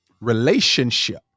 Relationship